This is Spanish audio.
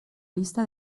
lista